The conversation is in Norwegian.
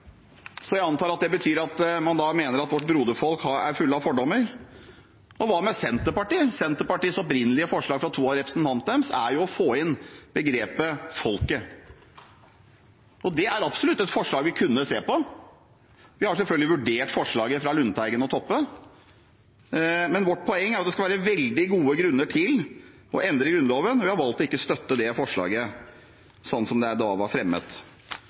så jeg antar at det betyr at man da mener at vårt broderfolk er fullt av fordommer? Og hva med Senterpartiet? Senterpartiets opprinnelige forslag, fra to av representantene deres, er å få inn begrepet «folket». Det er absolutt et forslag vi kunne se på. Vi har selvfølgelig vurdert forslaget fra representantene Lundteigen og Toppe, men vårt poeng er at det skal være veldig gode grunner til å endre Grunnloven, og vi har valgt ikke å støtte det forslaget sånn som det da var fremmet.